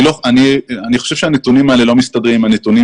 אני חושב שהנתונים האלה לא מסתדרים עם הנתונים